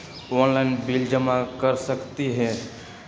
Online bill जमा कर सकती ह?